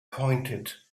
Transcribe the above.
pointed